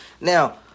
Now